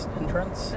entrance